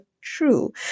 true